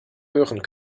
hören